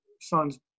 son's